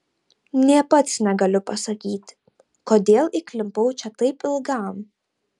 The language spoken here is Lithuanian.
nė pats negaliu pasakyti kodėl įklimpau čia taip ilgam